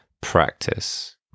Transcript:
practice